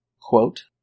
Quote